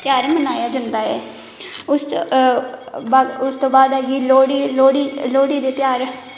ध्यार मनाया जंदा ऐ उसदे बाद च आई गेई लोह्ड़ी लोह्ड़ी दे ध्यार